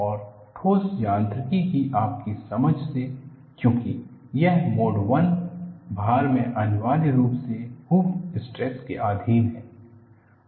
और ठोस यांत्रिकी की आपकी समझ से क्योंकि यह मोड 1 भार में अनिवार्य रूप से हूप स्ट्रेस के अधीन है